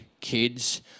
kids